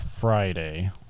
Friday